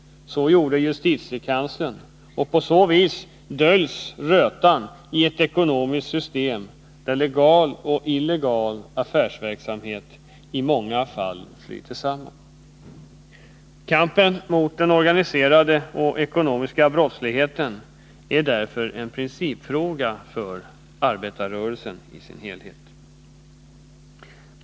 Så gjorde justitiekanslern, och på så vis döljs rötan i ett ekonomiskt system, där legal och illegal affärsverksamhet i många fall flyter samman. Kampen mot den organiserade och ekonomiska brottsligheten är därför en principfråga för arbetarrörelsen i dess helhet.